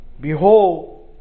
Behold